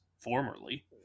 formerly